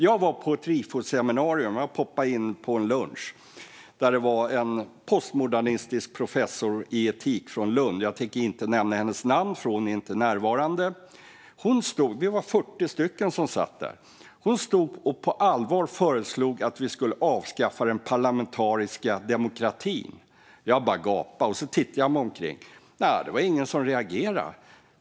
Jag har varit på ett Rifoseminarium. Jag poppade in på en lunch, och där var det en postmodernistisk professor i etik från Lund. Jag tänker inte nämna hennes namn, för hon är inte närvarande. Vi var 40 personer som satt där, och hon stod och föreslog på allvar att vi skulle avskaffa den parlamentariska demokratin. Jag bara gapade, och så tittade jag mig omkring. Det var ingen som reagerade.